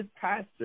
pastor